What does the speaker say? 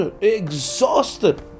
exhausted